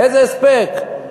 איזה הספק,